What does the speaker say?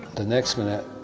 the next minute,